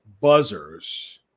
buzzers